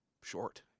short